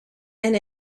and